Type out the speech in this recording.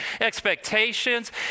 expectations